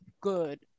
good